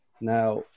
Now